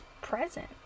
present